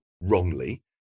wrongly